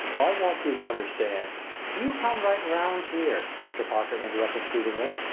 i want you to understand you come right round here! mr. parker interrupted soothingly.